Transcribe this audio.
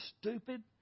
stupid